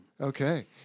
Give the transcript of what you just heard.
Okay